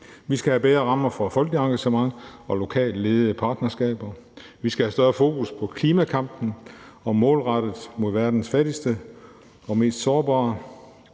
Vi skal have bedre rammer for folkeligt engagement og lokalt ledede partnerskaber. Vi skal have større fokus på klimakampen, målrettet mod verdens fattigste og mest sårbare.